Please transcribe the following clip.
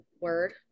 word